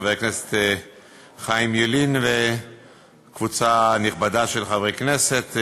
חבר הכנסת חיים ילין וקבוצה נכבדה של חברי כנסת,